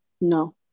No